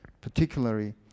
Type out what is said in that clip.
particularly